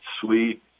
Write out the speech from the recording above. sweet